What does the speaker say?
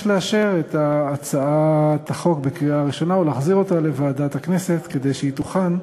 גירעון לפחות אומר: הפער בין הכנסות להוצאות.